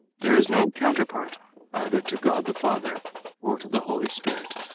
there is no counterpart either to god the father or to the holy spirit.